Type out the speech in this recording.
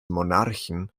monarchen